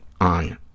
on